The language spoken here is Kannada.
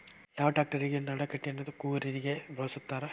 ಯಾವ ಟ್ರ್ಯಾಕ್ಟರಗೆ ನಡಕಟ್ಟಿನ ಕೂರಿಗೆ ಬಳಸುತ್ತಾರೆ?